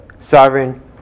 sovereign